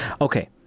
Okay